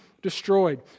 Destroyed